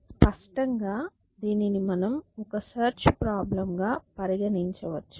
స్పష్టంగా దీనిని మనం ఒక సెర్చ్ ప్రాబ్లెమ్ గా పరిగణించవచ్చు